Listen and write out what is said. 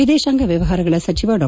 ವಿದೇಶಾಂಗ ವ್ಚವಹಾರಗಳ ಸಚಿವ ಡಾ